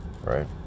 right